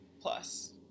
plus